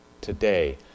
today